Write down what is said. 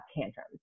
tantrums